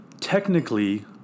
technically